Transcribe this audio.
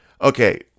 Okay